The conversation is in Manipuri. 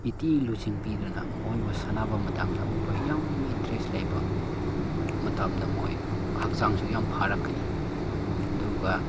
ꯅꯨꯡꯇꯤ ꯂꯨꯆꯤꯡꯕꯤꯗꯨꯅ ꯃꯈꯣꯏꯕꯨ ꯁꯥꯟꯅꯕ ꯃꯇꯝꯗ ꯃꯈꯣꯏ ꯌꯥꯝ ꯏꯟꯇꯔꯦꯁ ꯂꯩꯕ ꯃꯇꯝꯗ ꯃꯣꯏ ꯍꯛꯆꯥꯡꯁꯨ ꯌꯥꯝ ꯐꯔꯛꯀꯅꯤ ꯑꯗꯨꯒ